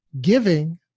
giving